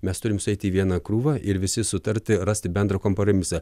mes turim sueiti į vieną krūvą ir visi sutarti rasti bendrą kompromisą